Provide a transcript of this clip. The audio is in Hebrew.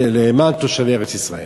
למען תושבי ארץ-ישראל.